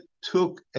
took